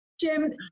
Jim